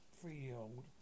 three-year-old